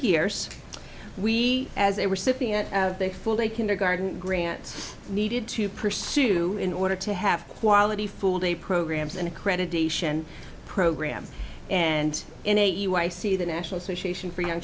years we as a recipient a full day kindergarten grant needed to pursue in order to have quality full day programs and accreditation programs and in it you i see the national association for young